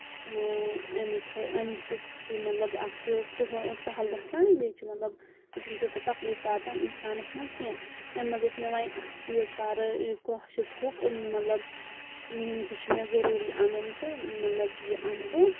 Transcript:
اَمِکۍ اَمہِ سۭتۍ چھِ مطلب اَکھ چھِ سُہ سہل گژھان بیٚیہِ چھِ مطلب بیٚیہِ چھُنہٕ توٗتاہ تکلیٖف واتان اِنسانَس منٛز کینٛہہ اَمہِ منٛز اوس مےٚ وۄنۍ اکھ چیٖز پَر یہِ کرٛاش مطلب یہِ چھُ مےٚ ضٔروٗری اَنُن تہٕ مطلب یہِ اَنہٕ بہٕ